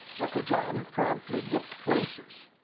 uncle john promptly booked places.